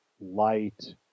light